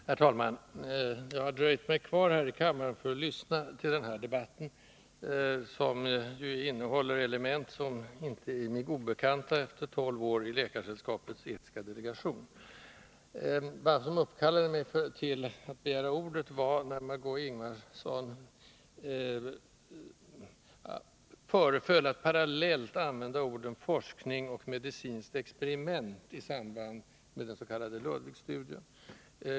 Herr talman! Jag har dröjt mig kvar i kammaren för att lyssna till denna debatt, som ju innehåller element som inte är mig obekanta efter tolv år i Läkarsällskapets etiska delegation. Vad som uppkallade mig att begära ordet var att Margé Ingvardsson föreföll att parallellt använda orden ”forskning” och ”medicinskt experiment” i samband med den s.k. Ludwigstudien.